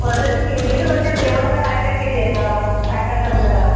वर्गणी केलीए तर तुमच्यात व्यवस्था काय काय केलीय आता काय काय करणार आहात